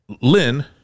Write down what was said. Lynn